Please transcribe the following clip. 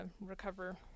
recover